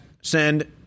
send